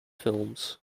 films